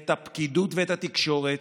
את הפקידות ואת התקשורת.